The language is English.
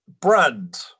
Brand